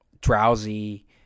drowsy